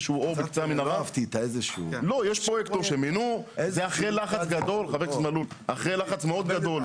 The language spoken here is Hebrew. מינו אותו זה אחרי לחץ מאוד גדול.